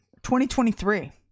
2023